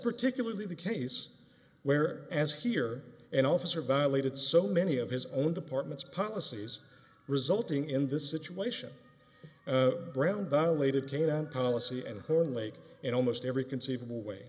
particularly the case where as here an officer violated so many of his own department's policies resulting in this situation brown violated king and policy and horn lake in almost every conceivable way